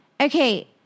okay